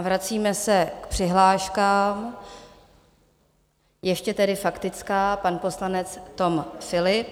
Vracíme se k přihláškám, a ještě tedy faktická, pan poslanec Tom Philipp.